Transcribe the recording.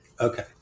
Okay